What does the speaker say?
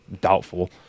Doubtful